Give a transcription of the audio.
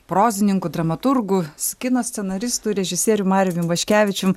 prozininku dramaturgu su kino scenaristu režisierium marium ivaškevičium